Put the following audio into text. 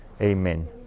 Amen